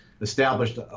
established